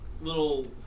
little